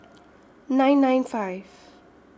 nine nine five